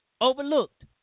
overlooked